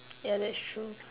ya that's true